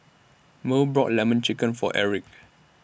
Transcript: Merl bought Lemon Chicken For Erick